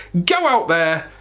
go out there,